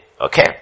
Okay